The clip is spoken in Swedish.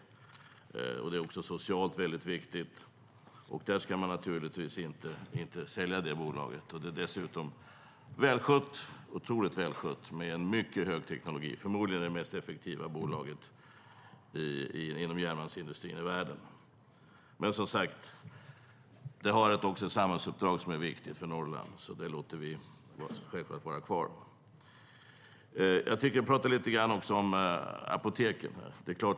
Bolaget är också socialt väldigt viktigt, och man ska naturligtvis inte sälja det. Det är otroligt välskött och med en mycket hög teknologi. Det är förmodligen det mest effektiva bolaget inom järnmalmsindustrin i världen. LKAB har som sagt ett samhällsuppdrag för Norrland, så det bolaget låter vi självklart vara kvar. Jag tänker prata lite grann om apoteken också.